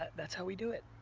that's how we do it.